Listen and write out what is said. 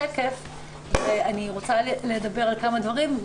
אני רוצה לדבר על כמה דברים.